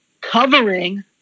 covering